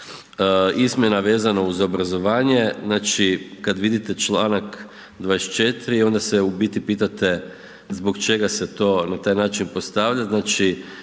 izmjena vezano uz obrazovanje, znači kad vidite članak 24 onda se u biti pitate zbog čega se to na taj način postavlja. Znači